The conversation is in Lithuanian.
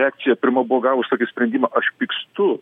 reakcija pirma buvo gavus tokį sprendimą aš pykstu